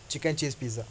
chicken cheese pizza